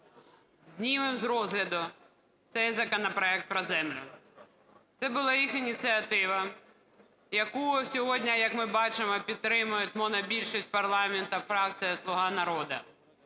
знімемо з розгляду цей законопроект про землю. Це була їх ініціатива, яку сьогодні, як ми бачимо, підтримує монобільшість парламенту - фракція "Слуга народу".